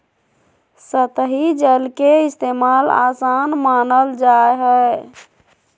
सतही जल के इस्तेमाल, आसान मानल जा हय